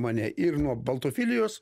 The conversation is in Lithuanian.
mane ir nuo baltofilijos